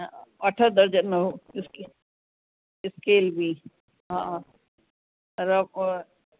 हा अठ दर्जन हो स्केल स्केल बि हा र ब